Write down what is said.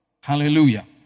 Hallelujah